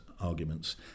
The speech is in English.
arguments